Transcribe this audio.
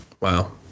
Wow